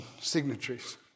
signatories